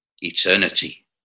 eternity